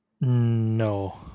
No